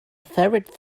favorite